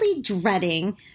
dreading